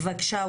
בקשה,